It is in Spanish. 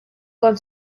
con